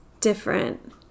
different